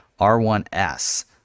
R1S